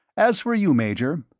as for you, major,